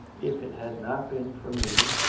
if it had not been for me